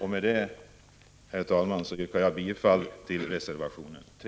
Herr talman! Jag yrkar bifall till reservationen 3.